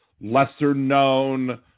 Lesser-known